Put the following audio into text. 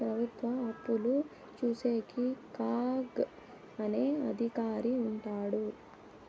ప్రభుత్వ అప్పులు చూసేకి కాగ్ అనే అధికారి ఉంటాడు